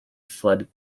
flood